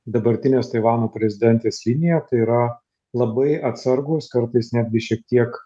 dabartinės taivano prezidentės liniją tai yra labai atsargūs kartais netgi šiek tiek